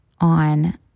on